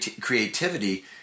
creativity